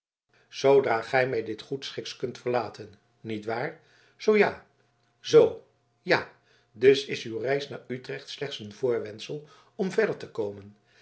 zoodra gij mij goedschiks kunt verlaten nietwaar zoo ja dus is uw reis naar utrecht slechts een voorwendsel om verder te komen